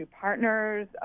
partners